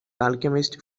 alchemist